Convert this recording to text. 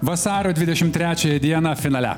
vasario dvidešimt trečiąją dieną finale